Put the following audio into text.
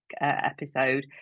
episode